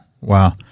Wow